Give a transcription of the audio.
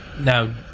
now